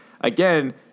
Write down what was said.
again